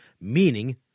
Meaning